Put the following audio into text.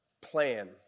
plan